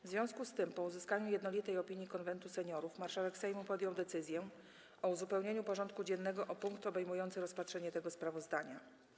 W związku z tym, po uzyskaniu jednolitej opinii Konwentu Seniorów, marszałek Sejmu podjął decyzję o uzupełnieniu porządku dziennego o punkt obejmujący rozpatrzenie tego sprawozdania.